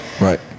right